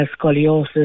scoliosis